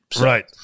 Right